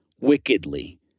wickedly